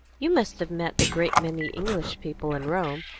you must have met a great many english people in rome,